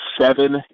seven